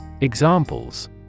Examples